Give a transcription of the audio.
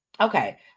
Okay